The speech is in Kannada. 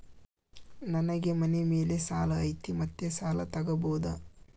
ನನಗೆ ಮನೆ ಮೇಲೆ ಸಾಲ ಐತಿ ಮತ್ತೆ ಸಾಲ ತಗಬೋದ?